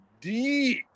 deep